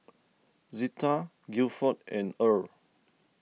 Zetta Gilford and Earle